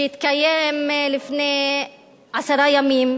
שהתקיים לפני עשרה ימים,